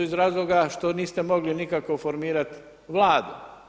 Iz razloga što niste mogli nikako formirati vladu.